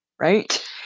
Right